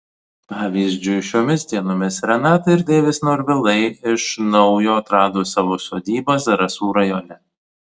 pavyzdžiui šiomis dienomis renata ir deivis norvilai iš naujo atrado savo sodybą zarasų rajone